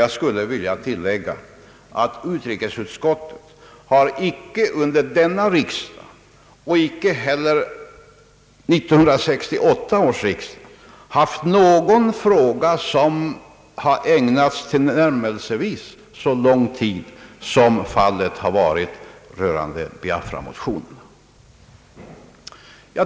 Jag skulle vilja tillägga att utrikesutskottet varken under denna riksdag eller under 1968 års riksdag haft någon fråga som ägnats tillnärmelsevis så lång tid som fallet varit med Biaframotionerna.